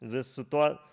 vis su tuo